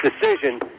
decision